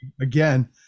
again—